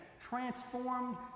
transformed